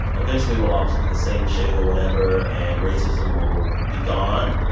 eventually, we'll all just be the same shade of whatever and racism will be gone.